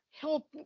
help